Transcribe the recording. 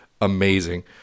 Amazing